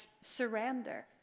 surrender